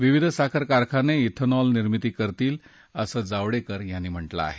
विविध साखर कारखाने बेनॉल निर्मिती करतील असं जावडेकर यांनी म्हटलं आहे